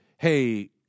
Hey